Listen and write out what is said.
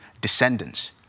descendants